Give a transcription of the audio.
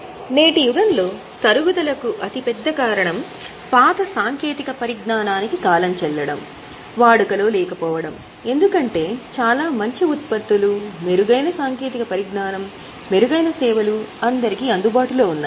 నేటి యుగంలో తరుగుదలకు అతి పెద్ద కారణం పాత సాంకేతిక పరిజ్ఞానానికి కాలం చెల్లడం వాడుకలో లేకపోవడం ఎందుకంటే చాలా మంచి ఉత్పత్తులు మెరుగైన సాంకేతిక పరిజ్ఞానం మెరుగైన సేవలు అందరికీ అందుబాటులో ఉన్నాయి